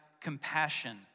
compassion